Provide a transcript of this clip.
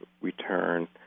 return